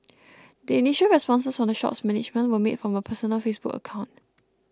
the initial responses from the shop's management were made from a personal Facebook account